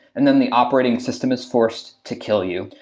and then the operating system is forced to kill you.